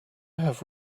have